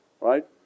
right